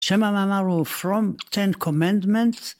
שמע מה אמרו? From 10 commandments?